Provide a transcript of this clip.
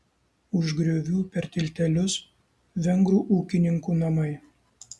už griovių per tiltelius vengrų ūkininkų namai